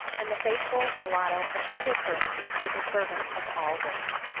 and the faithful mulatto attended her as a servant of all-work.